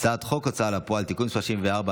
הצעת חוק ההוצאה לפועל (תיקון מס' 74),